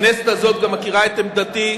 הכנסת הזאת גם מכירה את עמדתי,